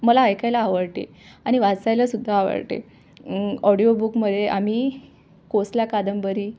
मला ऐकायला आवडते आणि वाचायलासुद्धा आवडते ऑडिओ बुकमध्ये आम्ही कोसला कादंबरी